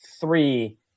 three